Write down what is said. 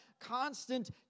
constant